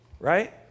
Right